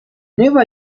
nueva